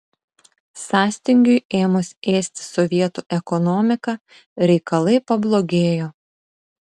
sąstingiui ėmus ėsti sovietų ekonomiką reikalai pablogėjo